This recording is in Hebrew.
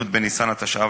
י' בניסן התשע"ב,